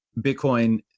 Bitcoin